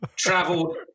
traveled